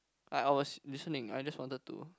like I was listening I just wanted to